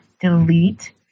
delete